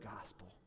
gospel